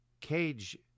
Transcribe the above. cage